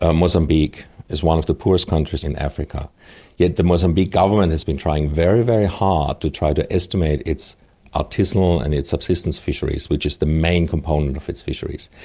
ah mozambique is one of the poorest countries in africa yet the mozambique government has been trying very, very hard to try to estimate its artisanal and its subsistence fisheries which is the main component of its fisheries.